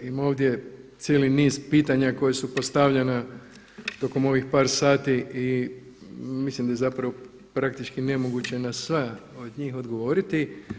Ima ovdje cijeli niz pitanja koja su postavljena tokom ovih par sati i mislim da je praktički nemoguće na sva od njih odgovoriti.